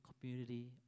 community